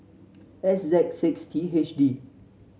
X Z six T H D